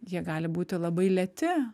jie gali būti labai lėti